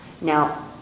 Now